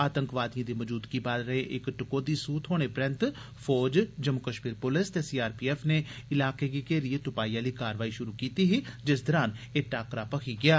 आतंकवादिएं दी मौजूदगी बारै इक टकौहदी सूह थ्होने परैंत फौज जम्मू कश्मीर पुलिस ते सीआरपीएफ नै इलाके गी घेरियै तुपाई आली कार्रवाई शुरू कीती ही जिस दरान एह् टाकरा मखी गेआ